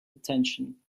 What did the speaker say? attention